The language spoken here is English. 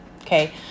okay